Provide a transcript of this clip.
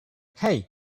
hey